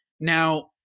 now